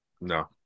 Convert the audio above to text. no